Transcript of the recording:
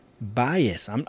bias